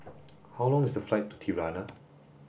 how long is the flight to Tirana